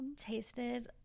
tasted